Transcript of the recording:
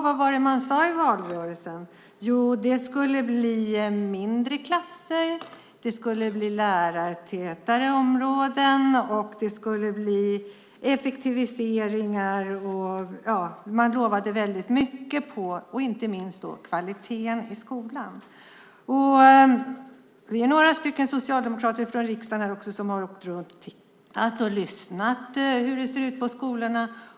Vad var det man sade i valrörelsen? Jo, det skulle bli mindre klasser, lärartätare områden och effektiviseringar. Man lovade mycket, inte minst när det gällde kvaliteten i skolan. Vi är några socialdemokrater från riksdagen som har åkt runt och tittat och lyssnat på skolorna.